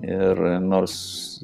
ir nors